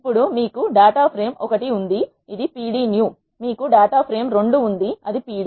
ఇప్పుడు మీకు data frame 1 ఉంది ఇది pd new మీకు డేటా ప్రేమ్ 2 ఉంది ఇది pd